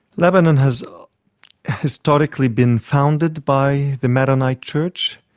lebanon has historically been founded by the maronite church,